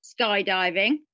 Skydiving